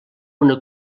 una